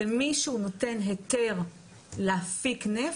למי שהוא נותן היתר להפיק נפט,